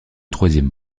troisième